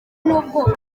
n’ubwoko